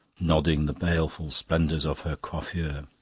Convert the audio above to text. nodding the baleful splendours of her coiffure.